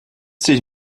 dich